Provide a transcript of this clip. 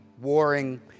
warring